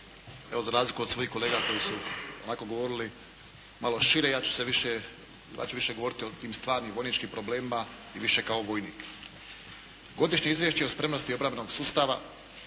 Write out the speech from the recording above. Evo za razliku od svojih kolega koji su onako govorili malo šire, ja ću se više, ja ću više govoriti o tim stvarnim, vojničkim problemima i više kao vojnik. Godišnje Izvješće o spremnosti obrambenog sustava,